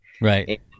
right